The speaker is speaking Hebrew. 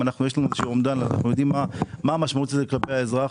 האם אנחנו יודעים מה המשמעות של זה כלפי האזרח,